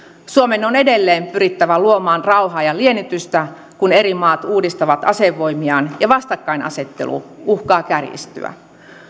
suomen on edelleen pyrittävä luomaan rauhaa ja liennytystä kun eri maat uudistavat asevoimiaan ja vastakkainasettelu uhkaa kärjistyä